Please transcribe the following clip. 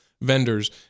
vendors